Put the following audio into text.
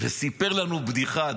וסיפר לנו בדיחה.